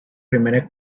primera